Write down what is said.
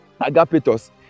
Agapetos